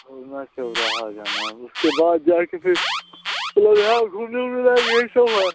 गोलमा चौराहा जाना है उसके बाद जा कर फिर यहाँ घूमने वूमने लायक़ यही सब है